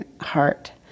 heart